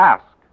Ask